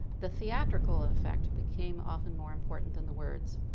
the theatrical effect became often more important than the words.